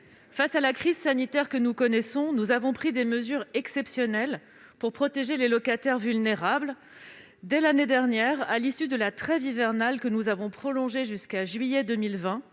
face à la crise sanitaire que nous connaissons, nous avons pris des mesures exceptionnelles pour protéger les locataires vulnérables. Dès l'année dernière, à l'issue de la trêve hivernale, que nous avons prolongée jusqu'à juillet 2020,